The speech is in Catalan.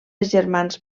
germans